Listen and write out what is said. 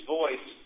voice